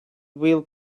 will